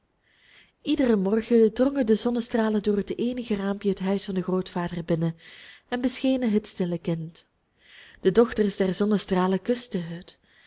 iederen morgen drongen de zonnestralen door het eenige raampje het huis van den grootvader binnen en beschenen het stille kind de dochters der zonnestralen kusten